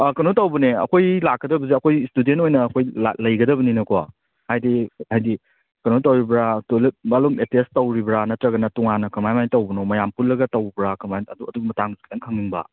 ꯀꯩꯅꯣ ꯇꯧꯕꯅꯦ ꯑꯩꯈꯣꯏ ꯂꯥꯛꯀꯗꯕꯁꯦ ꯑꯩꯈꯣꯏ ꯏꯁꯇꯨꯗꯦꯟ ꯑꯣꯏꯅ ꯑꯩꯈꯣꯏ ꯂꯩꯒꯗꯕꯅꯤꯅꯀꯣ ꯍꯥꯏꯗꯤ ꯍꯥꯏꯗꯤ ꯀꯩꯅꯣ ꯇꯧꯔꯤꯕ꯭ꯔꯥ ꯇꯣꯏꯂꯦꯠ ꯕꯥꯠꯔꯨꯝ ꯑꯦꯠꯇꯦꯆ ꯇꯧꯔꯤꯕ꯭ꯔꯥ ꯅꯠꯇ꯭ꯔꯒꯅ ꯇꯣꯉꯥꯟꯅ ꯀꯃꯥꯏ ꯀꯃꯥꯏꯅ ꯇꯧꯕꯅꯣ ꯃꯌꯥꯝ ꯄꯨꯜꯂꯒ ꯇꯧꯕ꯭ꯔꯥ ꯀꯃꯥꯏꯅ ꯑꯗꯨ ꯑꯗꯨꯒꯤ ꯃꯇꯥꯡ ꯈꯤꯇꯪ ꯈꯪꯅꯤꯡꯕ